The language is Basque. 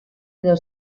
edo